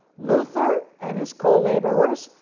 luther and his co-laborers,